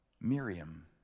Miriam